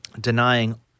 denying